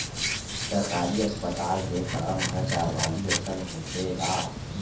सरकारी अस्पताल के काम ह चारवाली असन होथे गा